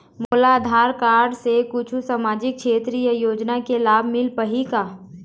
मोला आधार कारड से कुछू सामाजिक क्षेत्रीय योजना के लाभ मिल पाही का?